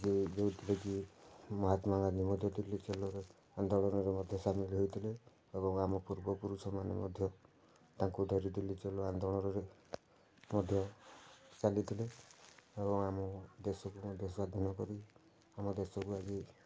ଯେ ଯେଉଁଥିରେ କି ମହାତ୍ମା ଗାନ୍ଧୀ ମଧ୍ୟ ଦିଲ୍ଲୀ ଚଲୋ ଆନ୍ଦୋଳନରେ ମଧ୍ୟ ସାମିଲ ହୋଇଥିଲେ ଏବଂ ଆମ ପୂର୍ବପୁରୁଷ ମାନେ ମଧ୍ୟ ତାଙ୍କୁ ଧରି ଦିଲ୍ଲୀ ଚଲୋ ଆନ୍ଦୋଳନରେ ମଧ୍ୟ ଚାଲିଥିଲେ ଏବଂ ଆମ ଦେଶକୁ ମଧ୍ୟ ସ୍ଵାଧୀନ କରି ଆମ ଦେଶକୁ ଆଜି